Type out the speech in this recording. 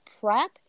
prep